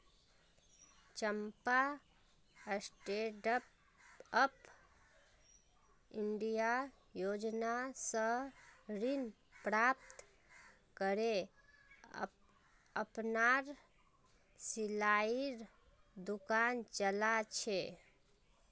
चंपा stand up India योजना स ऋण प्राप्त करे अपनार सिलाईर दुकान चला छ